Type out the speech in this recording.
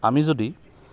আমি যদি